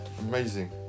amazing